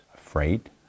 freight